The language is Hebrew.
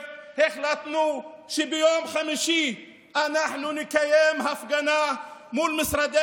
החלטנו שביום חמישי אנחנו נקיים הפגנה מול משרדי